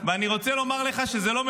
אני רוצה לומר לך שזה לא מקובל,